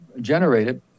generated